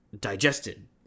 digested